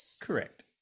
Correct